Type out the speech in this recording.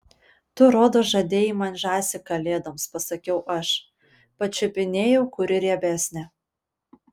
tu rodos žadėjai man žąsį kalėdoms pasakiau aš pačiupinėjau kuri riebesnė